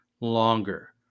longer